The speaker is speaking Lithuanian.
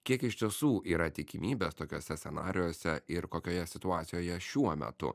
kiek iš tiesų yra tikimybės tokiose scenarijuose ir kokioje situacijoje šiuo metu